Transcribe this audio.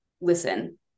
listen